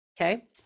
okay